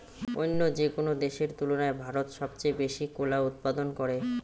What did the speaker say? অইন্য যেকোনো দেশের তুলনায় ভারত সবচেয়ে বেশি কলা উৎপাদন করে